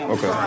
Okay